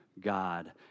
God